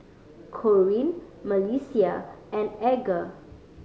Corwin Melissia and Edgar